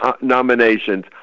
nominations